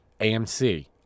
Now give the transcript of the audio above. AMC